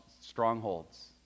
strongholds